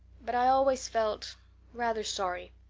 but i always felt rather sorry.